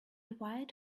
wired